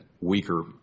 weaker